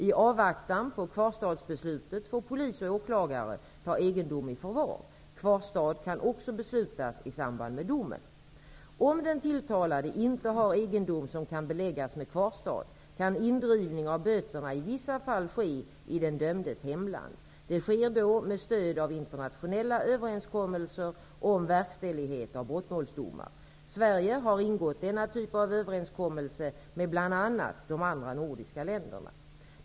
I avvaktan på kvarstadsbeslutet får polis och åklagare ta egendom i förvar. Kvarstad kan också beslutas i samband med domen. Om den tilltalade inte har egendom som kan beläggas med kvarstad kan indrivning av böterna i vissa fall ske i den dömdes hemland. Det sker då med stöd av internationella överenskommelser om verkställighet av brottmålsdomar. Sverige har ingått denna typ av överenskommelse med bl.a. de andra nordiska länderna.